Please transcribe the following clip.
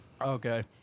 Okay